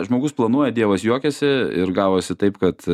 žmogus planuoja dievas juokiasi ir gavosi taip kad